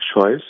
choice